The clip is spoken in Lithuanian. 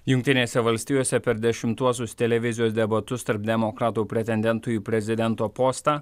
jungtinėse valstijose per dešimtuosius televizijos debatus tarp demokratų pretendentų į prezidento postą